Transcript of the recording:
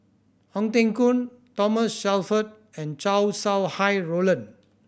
Ong Teng Koon Thomas Shelford and Chow Sau Hai Roland